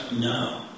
No